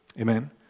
Amen